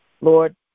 Lord